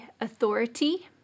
authority